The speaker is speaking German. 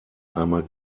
einmal